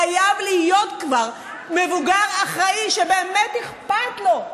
חייב להיות כבר מבוגר אחראי שבאמת אכפת לו,